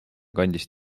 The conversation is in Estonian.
kandis